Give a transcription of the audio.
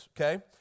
okay